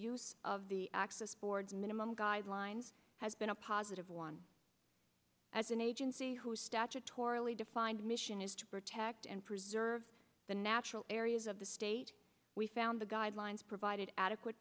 use of the access board minimum guidelines has been a positive one as an agency whose statutorily defined mission is to protect and preserve the natural areas of the state we found the guidelines provide adequate